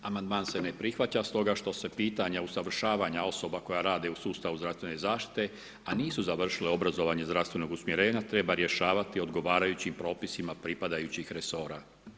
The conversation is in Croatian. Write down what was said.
Amandman se ne prihvaća s toga što se pitanja usavršavanja osoba koja rade u sustavu zdravstvene zaštite, a nisu završila obrazovanje zdravstvenog usmjerenja treba rješavati odgovarajućim propisima pripadajućih resora.